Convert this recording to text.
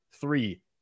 three